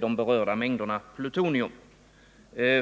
de berörda mängderna plutonium.